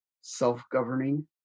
self-governing